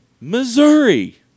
Missouri